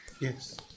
Yes